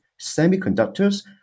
semiconductors